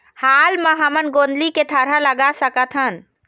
हाल मा हमन गोंदली के थरहा लगा सकतहन?